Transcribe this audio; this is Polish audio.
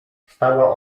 stała